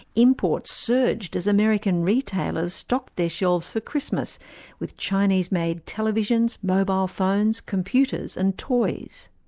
imports surged as american retailers stocked their shelves for christmas with chinese-made televisions, mobile phones, computers and toys.